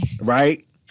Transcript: Right